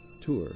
tour